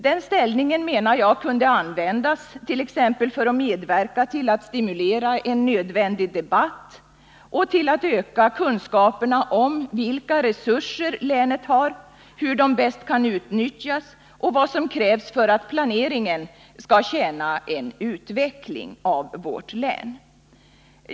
Den ställningen menar jag kunde användas t.ex. för att medverka till att stimulera en nödvändig debatt och till att öka kunskaperna om vilka resurser länet har, hur de bäst skall utnyttjas och vad som krävs för att planeringen skall tjäna en utveckling av vårt län.